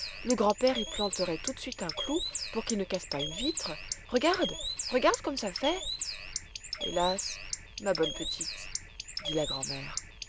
le grand-père y planterait tout de suite un clou pour qu'il ne casse pas une vitre regarde regarde comme ça fait hélas ma bonne petite dit la grand'mère